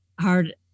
hard